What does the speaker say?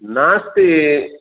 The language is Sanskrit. नास्ति